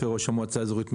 המועצה.